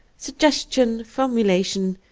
suggestion, formulation,